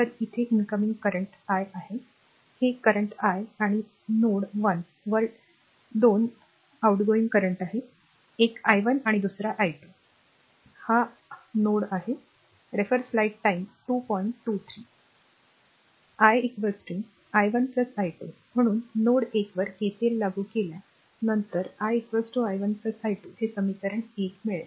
तर येथे incoming current i आहे ही करंट i आहे आणि नोड 1 वर 2 2 आउटगोइंग करंट आहेत एक i1आहे दुसरा i2 हा r नोड आहे i i1 i2 म्हणून नोड 1 वर केसीएल लागू केल्या नंतर i i1 i2 हे समीकरण 1 मिळेल